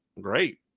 great